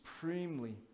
supremely